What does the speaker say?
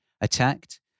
attacked